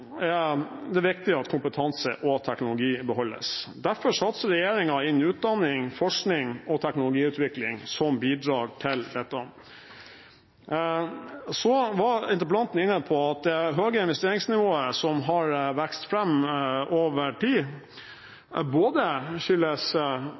er det viktig at kompetanse og teknologi beholdes. Derfor satser regjeringen innen utdanning, forskning og teknologiutvikling, som bidrar til dette. Så var interpellanten inne på at det høye investeringsnivået som har vokst fram over